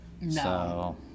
No